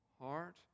heart